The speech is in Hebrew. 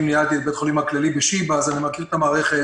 ניהלתי את בית החולים הכללי בשיבא אז אני מכיר את המערכת